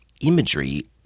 imagery